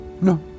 No